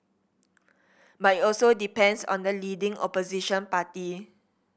but it also depends on the leading Opposition party